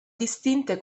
distinte